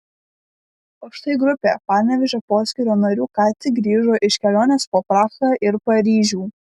o štai grupė panevėžio poskyrio narių ką tik grįžo iš kelionės po prahą ir paryžių